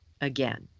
again